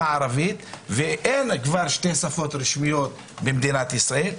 הערבית ואין כבר שתי שפות רשמיות במדינת ישראל,